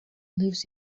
lives